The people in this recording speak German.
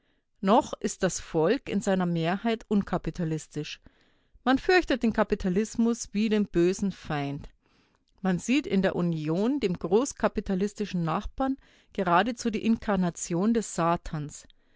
noch ist das volk in seiner mehrheit unkapitalistisch man fürchtet den kapitalismus wie den bösen feind man sieht in der union dem großkapitalistischen nachbarn geradezu die inkarnation des satans